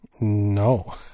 No